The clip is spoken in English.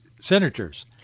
senators